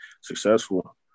successful